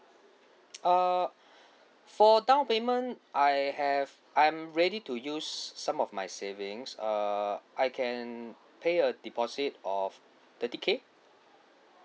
uh for down payment I have I'm ready to use some of my savings uh I can pay a deposit of thirty K